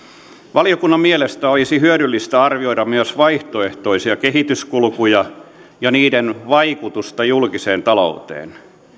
valiokunnan mielestä olisi hyödyllistä arvioida myös vaihtoehtoisia kehityskulkuja ja niiden vaikutusta julkiseen talouteen